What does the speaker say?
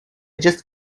just